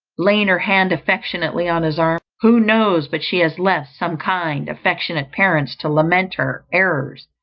laying her hand affectionately on his arm, who knows but she has left some kind, affectionate parents to lament her errors,